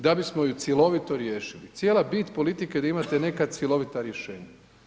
Da bismo je cjelovito riješili, cijela bit politike je da imate neka cjelovita rješenja.